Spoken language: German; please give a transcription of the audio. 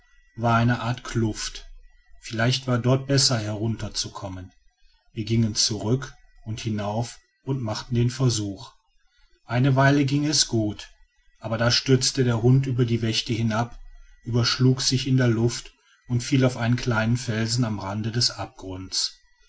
war eine art kluft vielleicht war dort besser hinunterzukommen wir gingen zurück und hinauf und machten den versuch eine weile ging es gut aber da stürzte der hund über die wächte hinab überschlug sich in der luft und fiel auf einen kleinen fels am rande des abgrunds